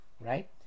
right